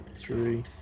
three